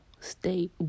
stay